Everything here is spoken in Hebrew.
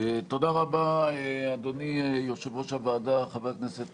תודה רבה, אדוני יושב-ראש הוועדה, חבר הכנסת